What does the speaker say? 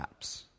apps